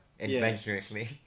adventurously